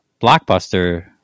blockbuster